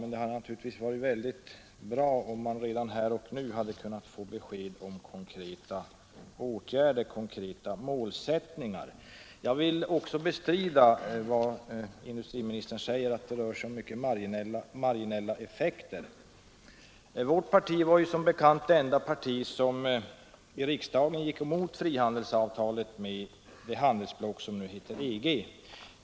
Men det hade naturligtvis varit mycket bra, om man redan nu hade kunnat få besked om konkreta åtgärder och målsättningar. Jag vill också bestrida industriministerns yttrande att det rör sig om mycket marginella effekter. Vårt parti var som bekant det enda som i riksdagen gick emot frihandelsavtalet med det handelsblock som nu kallas EG.